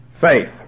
faith